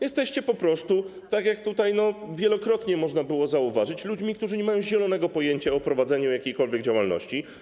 Jesteście po prostu - jak tutaj wielokrotnie można było zauważyć - ludźmi, którzy nie mają zielonego pojęcia o prowadzeniu jakiejkolwiek działalności.